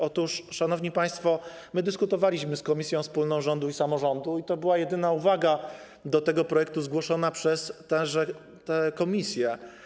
Otóż szanowni państwo, my dyskutowaliśmy z komisją wspólną rządu i samorządu, i to była jedyna uwaga do tego projektu zgłoszona przez tę komisję.